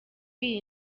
iyi